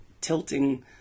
tilting